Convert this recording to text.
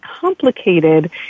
complicated